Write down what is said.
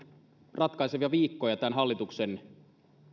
ratkaisevia viikkoja tämän hallituksen